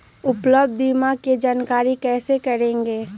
उपलब्ध बीमा के जानकारी कैसे करेगे?